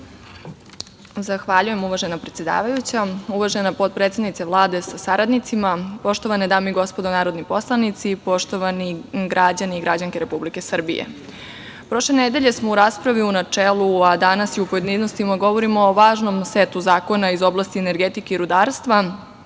Zahvaljujem, uvažena predsedavajuća. Uvažena potpredsednice Vlade sa saradnicima, poštovane dame i gospodo narodni poslanici, poštovani građani i građanke Republike Srbije, prošle nedelje smo u raspravi u načelu, a danas i u pojedinostima govorimo o važnom setu zakona iz oblasti energetike i rudarstva